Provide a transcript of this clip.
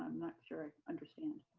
not sure i understand.